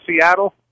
Seattle